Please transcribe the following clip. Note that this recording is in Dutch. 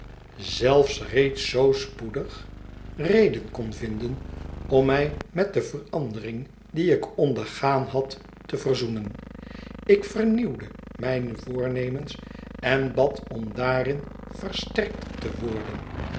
zelfs reeds zoo spoedig reden kon vinden om mij met de verandering die ik ondergaan had te verzoenen ik vernieuwde mijne voornemens en bad om daarin versterkt te worden